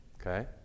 okay